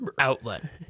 outlet